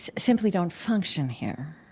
simply don't function here.